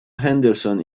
henderson